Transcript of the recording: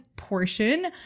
portion